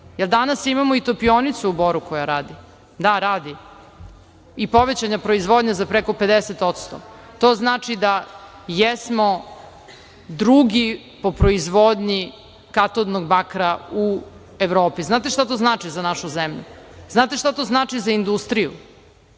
imamo i topionicu u Boru koja radi. Da radi. I povećana je proizvodnja za preko 50%. To znači da jesmo drugi po proizvodnji katodnog bakra u Evropi. Znate šta to znači za našu zemlju? Znate šta to znači za industriju?